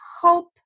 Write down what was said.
hope